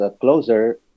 closer